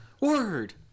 Word